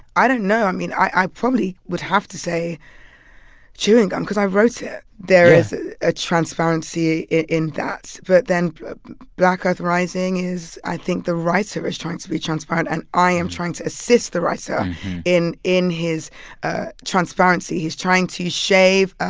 i don't know. i mean, i probably would have to say chewing gum cause i wrote it yeah there is a transparency in that. but then black earth rising is i think the writer is trying to be transparent, and i am trying to assist the writer in in his ah transparency. he's trying to shave ah